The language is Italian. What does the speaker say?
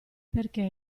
perché